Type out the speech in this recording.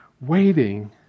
Waiting